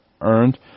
earned